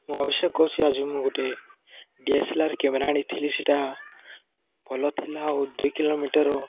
ମୁଁ ଆବଶ୍ୟକ କରୁଛି ଆଜି ମୁଁ ଗୋଟେ D S L R camera ଆଣିଥିଲି ସେଇଟା ଭଲ ଥିଲା ଆଉ ଦୁଇ କିଲୋମିଟର